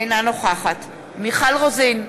אינה נוכחת מיכל רוזין,